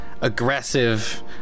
aggressive